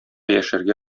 яшәргә